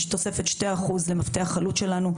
יש תוספת של 2% למפתח עלות שלנו.